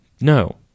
No